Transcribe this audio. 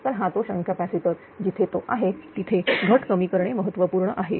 तर हा तो शंट कॅपॅसिटर जिथे तो आहे तिथे घट कमी करणे महत्वपूर्ण आहे